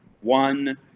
one